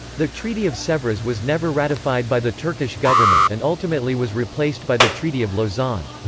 the treaty of sevres was never ratified by the turkish government and ultimately was replaced by the treaty of lausanne.